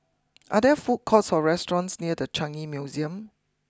are there food courts or restaurants near the Changi Museum